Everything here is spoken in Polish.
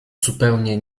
zupełnie